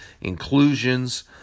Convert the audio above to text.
inclusions